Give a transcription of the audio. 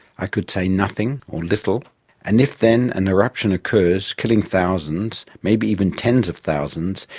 i could say nothing, or little and if then an eruption occurs, killing thousands, maybe even tens of thousands,